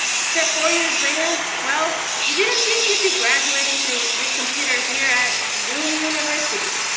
except four years later, well, you didn't think you'd be graduating through your computer here at zoom university.